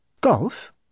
Golf